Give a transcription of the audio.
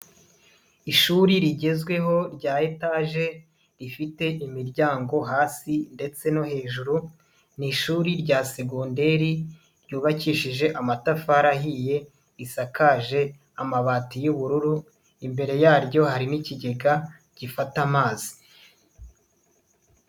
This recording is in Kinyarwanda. Ishuri rigezweho rya etaje rifite imiryango hasi ndetse no hejuru, ni ishuri rya segonderi ryubakishije amatafari ahiye, risakaje amabati y'ubururu, imbere yaryo hari n'ikigega gifata amazi.